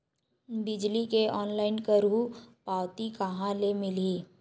बिजली के ऑनलाइन करहु पावती कहां ले मिलही?